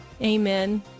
amen